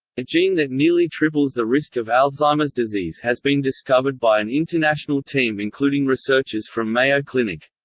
a gene that nearly triples the risk of alzheimer's disease has been discovered by an international team including researchers from mayo clinic.